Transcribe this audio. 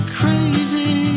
crazy